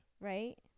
right